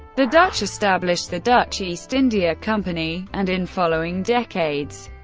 the dutch established the dutch east india company, and in following decades,